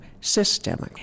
systemic